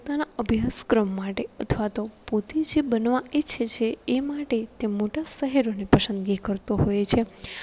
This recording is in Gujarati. પોતાના અભ્યાસક્રમ માટે અથવા તો પોતે જે બનવા ઈચ્છે છે એ માટે તે મોટા શહેરોની પસંદગી કરતો હોય છે